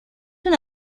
una